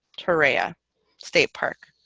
torreya state park,